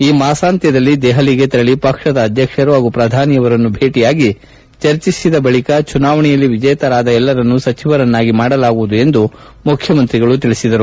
ಈ ಮಾಸಾಂತ್ಯದಲ್ಲಿ ದೆಹಲಿಗೆ ತೆರಳ ಪಕ್ಷದ ಅಧ್ಯಕ್ಷರು ಹಾಗೂ ಪ್ರಧಾನಿಯನ್ನು ಭೇಟಿಯಾಗಿ ಚರ್ಚಿಸಿದ ಬಳಿಕ ಚುನಾವಣೆಯಲ್ಲಿ ವಿಜೇತರಾದ ಎಲ್ಲರನ್ನು ಸಚಿವರನ್ನಾಗಿ ಮಾಡಲಾಗುವುದು ಎಂದರು